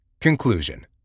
Conclusion